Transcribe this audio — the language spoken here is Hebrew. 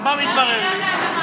מה מתברר לי?